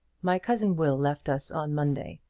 my cousin will left us on monday,